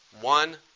one